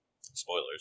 Spoilers